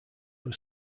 were